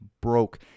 broke